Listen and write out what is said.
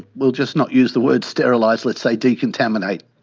we'll just not use the word sterilise, let's say decontaminate.